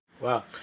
Wow